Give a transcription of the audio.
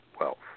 wealth